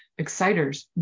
exciters